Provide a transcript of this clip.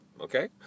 Okay